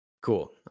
cool